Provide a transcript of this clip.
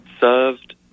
served